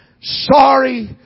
sorry